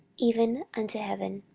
even unto heaven.